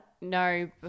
No